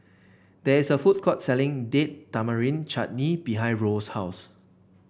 there is a food court selling Date Tamarind Chutney behind Roel's house